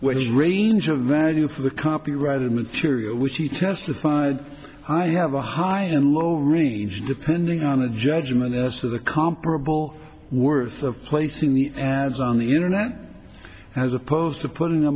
which is range of value for the copyrighted material which he testified i have a high and low range depending on a judgment as to the comparable worth of placing the as on the internet as opposed to pu